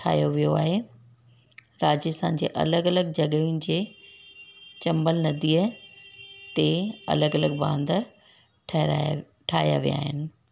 ठाहियो वियो आहे राजस्थान जे अलॻि अलॻि जॻहियुनि जे चंबल नदीअ ते अलॻि अलॻि बांध ठहिराया ठाहिया विया आहिनि